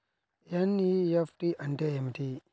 NEFT అంటే ఏమిటీ?